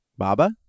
Baba